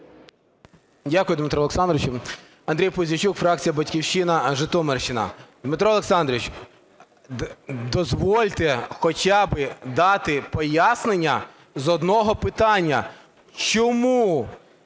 Дякую, Дмитре Олександровичу. Андрій Пузійчук, фракція "Батьківщина", Житомирщина. Дмитро Олександрович, дозвольте хоча б дати пояснення з одного питання. Чому